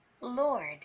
Lord